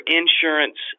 insurance